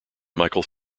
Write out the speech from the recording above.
michael